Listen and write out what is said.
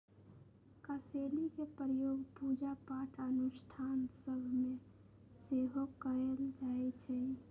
कसेलि के प्रयोग पूजा पाठ अनुष्ठान सभ में सेहो कएल जाइ छइ